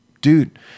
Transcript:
Dude